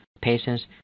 patients